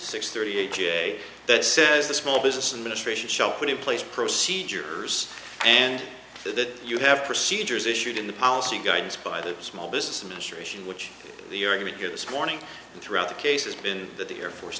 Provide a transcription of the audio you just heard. six thirty a j that says the small business administration shall put in place procedures and that you have procedures issued in the policy guidance by the small business administration which the argument here this morning and throughout the case has been that the air force